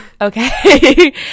okay